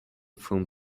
from